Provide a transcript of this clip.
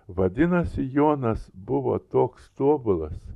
vadinasi jonas buvo toks tobulas